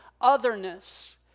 otherness